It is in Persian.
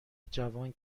جوان